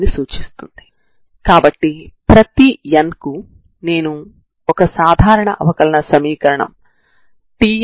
అందువల్ల మీరు మొదట సమాకలనం చేయండి